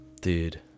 Dude